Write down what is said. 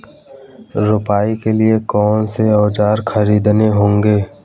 रोपाई के लिए कौन से औज़ार खरीदने होंगे?